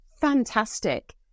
fantastic